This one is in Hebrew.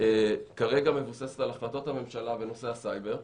כרגע מבוססת על החלטות הממשלה בנושא הסייבר.